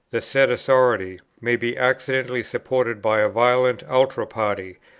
the said authority may be accidentally supported by a violent ultra party,